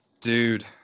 Dude